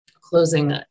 closing